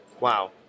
Wow